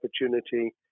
opportunity